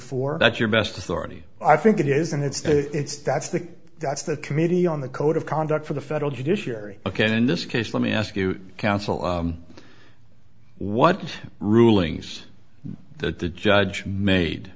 four that's your best authority i think it is and it's it's that's the that's the committee on the code of conduct for the federal judiciary ok and in this case let me ask you counsel what rulings that the judge made